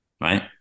Right